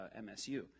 MSU